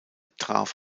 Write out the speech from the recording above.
traf